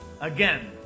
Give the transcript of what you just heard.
Again